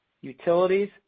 utilities